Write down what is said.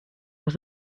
was